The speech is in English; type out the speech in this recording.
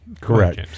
Correct